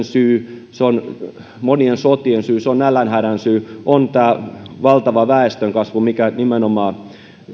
syy monien sotien syy nälänhädän syy on tämä valtava väestönkasvu mikä nimenomaan